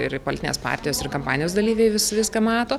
ir politinės partijos ir kampanijos dalyviai vis viską mato